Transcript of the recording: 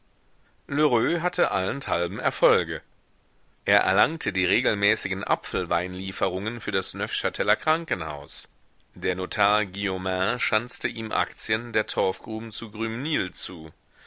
hatte allenthalben erfolge er erlangte die regelmäßigen apfelweinlieferungen für das neufchteler krankenhaus der notar guillaumin schanzte ihm aktien der torfgruben zu grümesnil zu